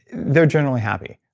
they're generally happy.